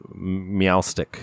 Meowstick